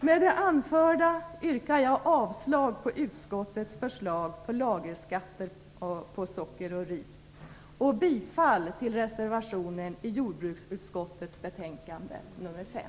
Med det anförda yrkar jag avslag på utskottets förslag om lagerskatter på socker och ris och bifall till reservationen i jordbruksutskottets betänkande nr 5.